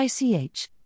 ICH